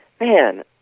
man